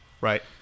Right